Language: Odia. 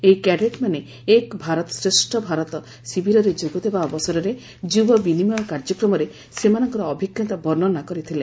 ଏହି କ୍ୟାଡେଟ୍ମାନେ ଏକ୍ ଭାରତ ଶ୍ରେଷ୍ଠ ଭାରତ ଶିବିରରେ ଯୋଗଦେବା ଅବସରରେ ଯୁବ ବିନିମୟ କାର୍ଯ୍ୟକ୍ରମରେ ସେମାନଙ୍କର ଅଭିଜ୍ଞତା ବର୍ଣ୍ଣନା କରିଥିଲେ